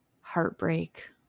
heartbreak